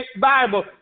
Bible